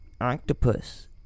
octopus